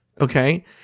Okay